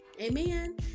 Amen